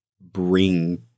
bring